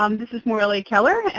um this is morralee keller.